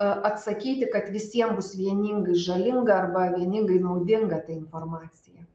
atsakyti kad visiem bus vieningai žalinga arba vieningai naudinga ta informacija